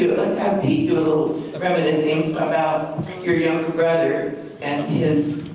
let's have pete do a little reminiscing about your younger brother and his